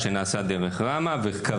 ארגונים ועמותות,